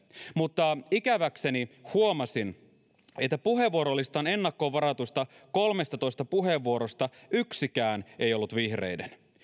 mutta ikäväkseni huomasin että puheenvuorolistan ennakkoon varatuista kolmestatoista puheenvuorosta yksikään ei ollut vihreiden